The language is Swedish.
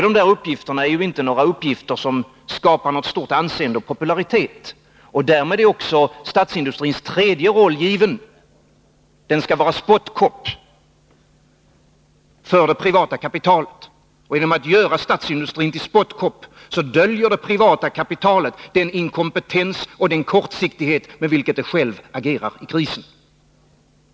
Dessa uppgifter är inte sådana att de skapar något stort anseende och popularitet. Därmed är också statsindustrins tredje roll given. Den skall vara spottkopp för det privata kapitalet. Genom att göra statsindustrin till spottkopp döljer det privata kapitalet den inkompetens och den kortsiktighet med vilken det självt agerar i krisen.